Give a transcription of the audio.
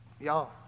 Y'all